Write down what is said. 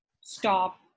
stop